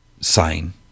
sign